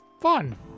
fun